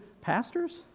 pastors